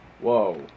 Whoa